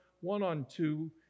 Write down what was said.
one-on-two